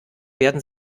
werden